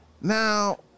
Now